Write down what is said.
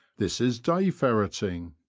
this is day ferreting,